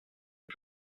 are